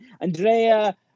Andrea